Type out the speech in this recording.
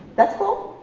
that's cool,